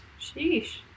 Sheesh